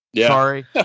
Sorry